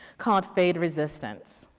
called faded resistance.